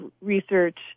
research